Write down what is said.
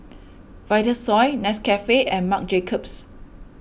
Vitasoy Nescafe and Marc Jacobs